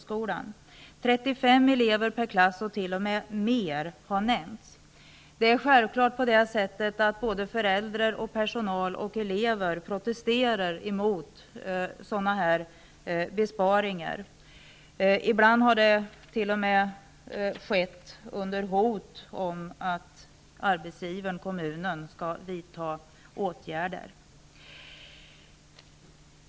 Siffran 35 elever per klass, och t.o.m. högre siffror, har nämnts. Självfallet protesterar såväl föräldrar och personal som elever mot dylika besparingar. Ibland har det t.o.m. förekommit hot mot arbetsgivaren, kommunen, om att vidta.